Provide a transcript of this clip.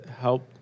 help